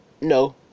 No